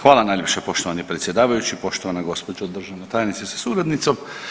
Hvala najljepša poštovani predsjedavajući, poštovana gđo. državna tajnice sa suradnicom.